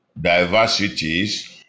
diversities